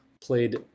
played